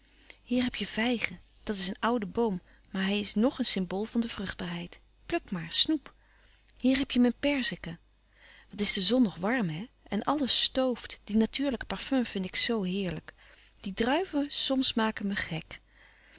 hier heb je vijgen dat is een oude boom maar hij is ng een symbool van de vruchtbaarheid pluk maar snoep hier heb je mijn perziken wat is de zon nog warm hè en alles stooft die natuurlijke parfum vind ik zoo heerlijk die druiven soms maken me gek